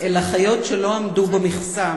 לאחיות שלא עמדו במכסה.